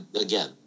again